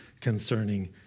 concerning